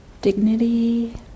dignity